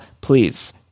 Please